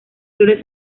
flores